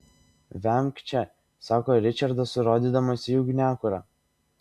vemk čia sako ričardas rodydamas į ugniakurą